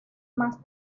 más